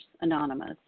Anonymous